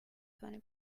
twenty